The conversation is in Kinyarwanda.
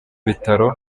bitaro